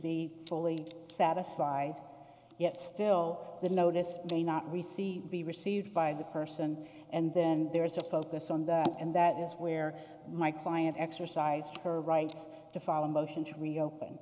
fully satisfied yet still the notice may not receive be received by the person and then there is a focus on that and that is where my client exercised her right to follow a motion to reopen